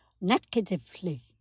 negatively